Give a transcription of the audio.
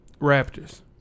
Raptors